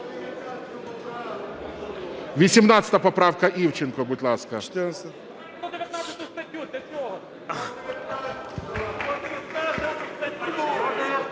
18 поправка Івченко, будь ласка.